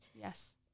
Yes